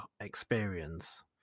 experience